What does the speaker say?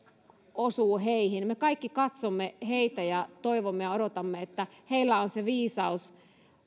osuu heihin me kaikki katsomme heitä ja toivomme ja odotamme että heillä on se viisaus